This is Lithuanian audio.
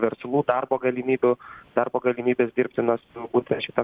verslų darbo galimybių darbo galimybės dirbtinos būtent šita